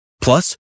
plus